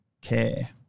care